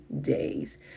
days